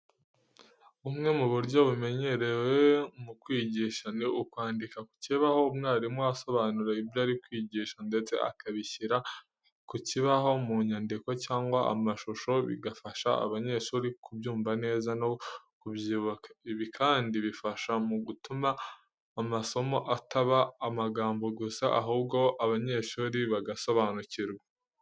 Bumwe mu buryo bumenyerewe mu kwigisha, ni ukwandika ku kibaho. Umwarimu asobanura ibyo ari kwigisha ndetse akabishyira ku kibaho mu nyandiko cyangwa amashusho, bigafasha abanyeshuri kubyumva neza no kubyibuka. Ibi kandi bifasha mu gutuma amasomo ataba amagambo gusa, ahubwo abanyeshuri bagasobanukirwa.